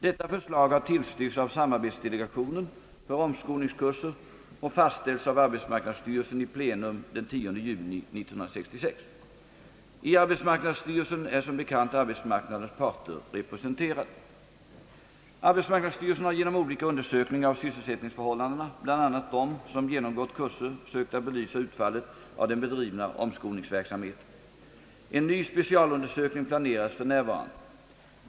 Detta förslag har tillstyrkts av Samarbetsdelegationen för omskolningskurser och fastställts av arbetsmarknadsstyrelsen i plenum den 10 juni 1966. I arbetsmarknadsstyrelsen är som bekant arbetsmarknadens parter representerade. Arbetsmarknadsstyrelsen har genom olika undersökningar av sysselsättningsförhållandena bland dem som genomgått kurser sökt belysa utfallet av den bedrivna omskolningsverksamheten. En ny specialundersökning planeras f.n.